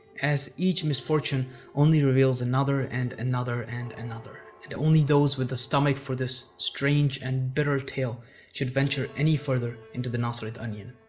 as each misfortune only reveals another, and another, and another, and only those with the stomach for this strange and bitter tale should venture any farther into the nasrid onion.